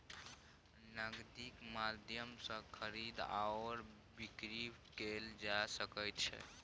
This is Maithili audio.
नगदीक माध्यम सँ खरीद आओर बिकरी कैल जा सकैत छै